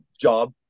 job